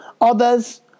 others